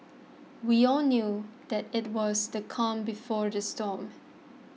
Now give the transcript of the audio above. we all knew that it was the calm before the storm